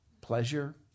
pleasure